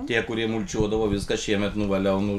tie kurie mulčiuodavo viską šiemet nuvaliau nu